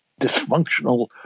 dysfunctional